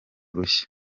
rushya